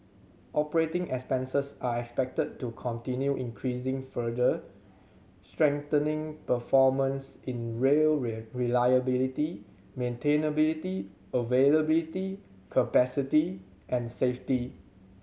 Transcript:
operating expenses are expected to continue increasing further strengthening performance in rail reliability maintainability availability capacity and safety